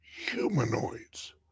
humanoids